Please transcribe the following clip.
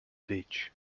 ditch